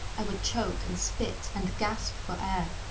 i would choke and spit and gasp for air.